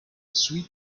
sweet